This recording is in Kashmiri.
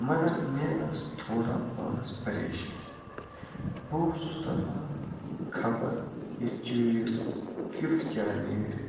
مگر مےٚ ٲس تھوڑا پانَس پریشٲنی بہٕ اوسُس دَپان خبر یہِ چیٖز کیُتھ کیٛاہ نیرِ